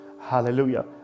Hallelujah